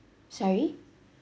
sorry